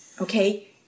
Okay